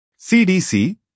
CDC